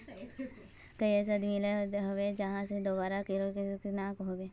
कोई ऐसा दाबा मिलोहो होबे जहा से दोबारा कीड़ा ना लागे?